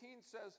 says